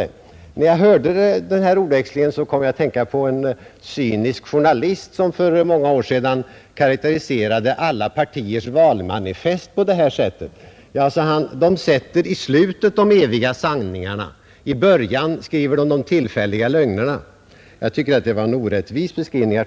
Men när jag hörde denna ordväxling kom jag att tänka på en cynisk journalist, som för många år sedan karakteriserade alla partiers valmanifest så här: ”Man sätter i slutet de eviga sanningarna; i början skriver man de tillfälliga lögnerna.” Jag tycker att det var en orättvis beskrivning,